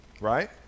Right